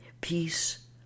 peace